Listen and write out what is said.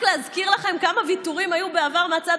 רק להזכיר לכם כמה ויתורים היו בעבר מהצד